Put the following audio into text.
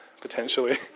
potentially